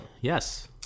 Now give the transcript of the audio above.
Yes